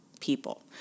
people